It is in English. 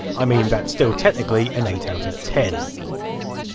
i mean, that's still technically and eight out of ten!